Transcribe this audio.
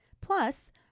Plus